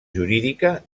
jurídica